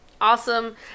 awesome